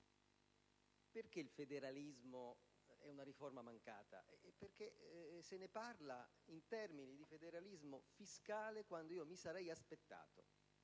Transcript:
Perché il federalismo è una riforma mancata? Perché se ne parla in termini di federalismo fiscale quando mi sarei aspettato